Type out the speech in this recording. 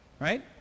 right